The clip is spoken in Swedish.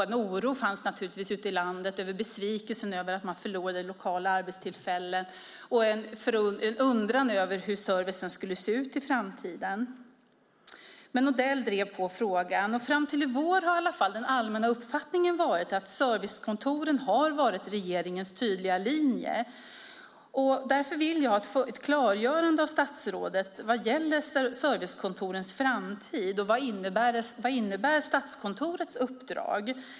En oro fanns ute i landet, en besvikelse över att man förlorade lokala arbetstillfällen och en undran om hur servicen skulle se ut i framtiden. Men Odell drev på frågan. Fram till i vår har den allmänna uppfattningen varit att servicekontoren varit regeringens tydliga linje. Jag vill därför ha ett klargörande av statsrådet vad gäller servicekontorens framtid. Vad innebär Statskontorets uppdrag?